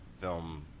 film